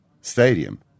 stadium